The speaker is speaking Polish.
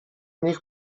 niech